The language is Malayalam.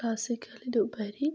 ക്ലാസ്സിക്കലിൻ്റെ ഉപരി